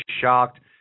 shocked